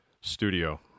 studio